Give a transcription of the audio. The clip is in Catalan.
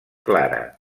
clara